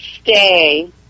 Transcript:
stay